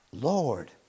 Lord